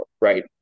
right